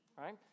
right